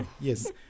Yes